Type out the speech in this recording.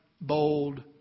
bold